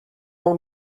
اون